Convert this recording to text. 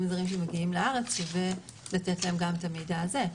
הזרים שמגיעים לארץ שווה לתת להם גם את המידע הזה,